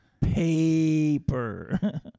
Paper